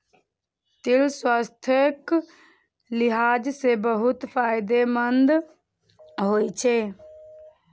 तिल स्वास्थ्यक लिहाज सं बहुत फायदेमंद होइ छै